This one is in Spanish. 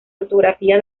ortografía